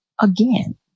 again